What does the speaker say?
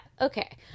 okay